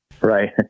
Right